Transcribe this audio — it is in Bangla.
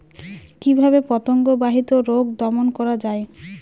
কিভাবে পতঙ্গ বাহিত রোগ দমন করা যায়?